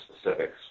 specifics